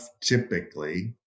typically